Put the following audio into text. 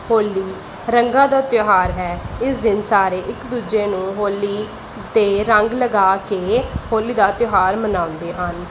ਹੋਲੀ ਰੰਗਾਂ ਦਾ ਤਿਉਹਾਰ ਹੈ ਇਸ ਦਿਨ ਸਾਰੇ ਇੱਕ ਦੂਜੇ ਨੂੰ ਹੋਲੀ 'ਤੇ ਰੰਗ ਲਗਾ ਕੇ ਹੋਲੀ ਦਾ ਤਿਉਹਾਰ ਮਨਾਉਂਦੇ ਹਨ